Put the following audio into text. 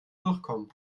durchkommen